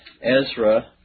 Ezra